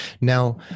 Now